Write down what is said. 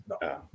No